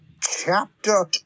chapter